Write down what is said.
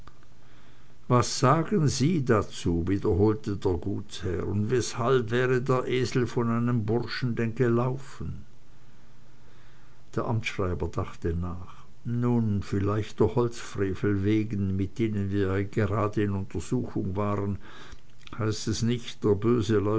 was sagen sie dazu wiederholte der gutsherr und weshalb wäre der esel von einem burschen denn gelaufen der amtsschreiber dachte nach nun vielleicht der holzfrevel wegen mit denen wir ja gerade in untersuchung waren heißt es nicht der böse